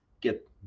get